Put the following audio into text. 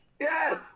Yes